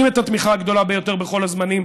את התמיכה הגדולה ביותר בכל הזמנים.